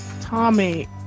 Tommy